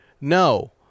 No